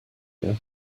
year